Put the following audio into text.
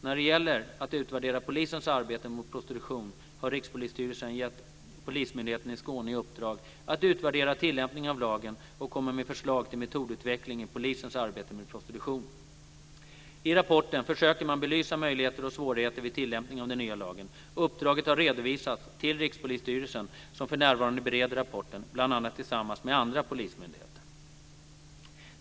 När det gäller att utvärdera polisens arbete mot prostitution har Rikspolisstyrelsen gett Polismyndigheten i Skåne i uppdrag att utvärdera tillämpningen av lagen och komma med förslag till metodutveckling i polisens arbete med prostitution. I rapporten försöker man belysa möjligheter och svårigheter vid tilllämpningen av den nya lagen. Uppdraget har redovisats till Rikspolisstyrelsen som för närvarande bereder rapporten, bl.a. tillsammans med andra polismyndigheter.